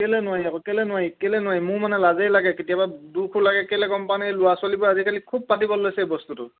কেলৈ নোৱাৰি আকৌ কেলৈ নোৱাৰি কেলৈ নোৱাৰি মোৰ মানে লাজেই লাগে কেতিয়া দুখো লাগে কেলৈ গম পাৱনে ল'ৰা ছোৱালীবোৰ আজিকালি খুব পাতিবলৈ লৈছে এই বস্তুটো